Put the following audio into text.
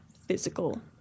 Physical